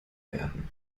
werden